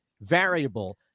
variable